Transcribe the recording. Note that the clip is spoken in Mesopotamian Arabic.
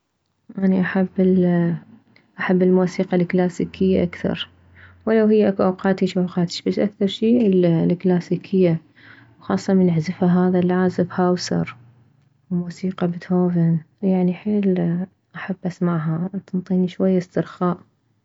اني احب الموسيقى الكلاسيكة اكثر ولو هي اكو اوقات هيج اوقات هيج بس اكثر شي الكلاسيكية وخاصة من يعزفها هذا العازف هاوسر موسيقى بيتهوفن يعني حيل احب اسمعها تنطيني شوية استرخاء